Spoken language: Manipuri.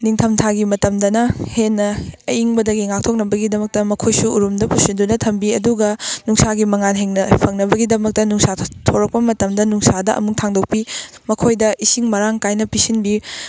ꯅꯤꯡꯊꯝꯊꯥꯒꯤ ꯃꯇꯝꯗꯅ ꯍꯦꯟꯅ ꯑꯌꯤꯡꯕꯗꯒꯤ ꯉꯥꯛꯊꯣꯛꯅꯕꯒꯤꯗꯃꯛꯇ ꯃꯈꯣꯏꯁꯨ ꯎꯔꯨꯝꯗ ꯄꯨꯁꯤꯟꯗꯨꯅ ꯊꯝꯕꯤ ꯑꯗꯨꯒ ꯅꯨꯡꯁꯥꯒꯤ ꯃꯉꯥꯟ ꯍꯦꯟꯅ ꯐꯪꯅꯕꯒꯤꯃꯛꯇ ꯅꯨꯡꯁꯥ ꯊꯣꯔꯛꯄ ꯃꯇꯝꯗ ꯅꯨꯡꯁꯥꯗ ꯑꯃꯨꯛ ꯊꯥꯡꯗꯣꯛꯄꯤ ꯃꯈꯣꯏꯗ ꯏꯁꯤꯡ ꯃꯔꯥꯡ ꯀꯥꯏꯅ ꯄꯤꯁꯤꯟꯕꯤ